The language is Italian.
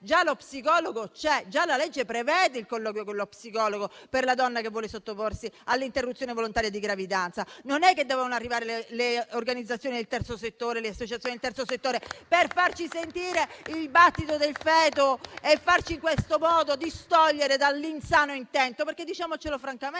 già lo psicologo c'è, già la legge prevede il colloquio con lo psicologo per la donna che vuole sottoporsi all'interruzione volontaria di gravidanza. Non è che dovevano arrivare le associazioni del terzo settore per farci sentire il battito del feto e farci distogliere dall'insano intento. Diciamocelo francamente,